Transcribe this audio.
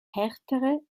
härtere